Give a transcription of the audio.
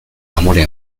amore